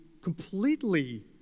completely